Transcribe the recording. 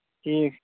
ٹھیٖک